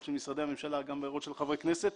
של משרדי הממשלה וגם בהערות של חברי הכנסת,